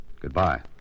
goodbye